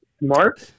Mark